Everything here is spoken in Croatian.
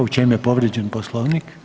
U čem je povrijeđen Poslovnik?